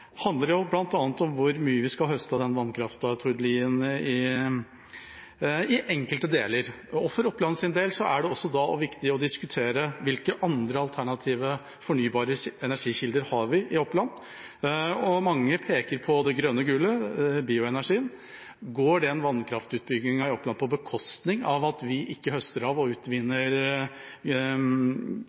handler det bl.a. om hvor mye vi skal høste av den vannkraften i enkelte deler. For Opplands del er det også viktig å diskutere hvilke andre alternative fornybare energikilder vi har i Oppland. Mange peker på det grønne gullet, bioenergien. Går vannkraftutbygginga i Oppland på bekostning av høsting og utvinning av grønn energi fra bl.a. skogen og